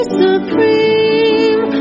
supreme